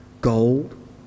gold